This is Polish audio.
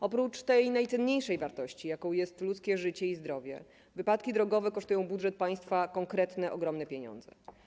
Oprócz tej najcenniejszej wartości, jaką jest ludzkie życie i zdrowie, wypadki drogowe kosztują budżet państwa konkretne, ogromne pieniądze.